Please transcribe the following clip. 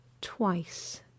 twice